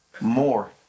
more